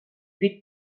wyt